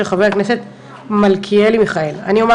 של חבר הכנסת מיכאל מלכיאלי.